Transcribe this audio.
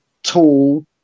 Tall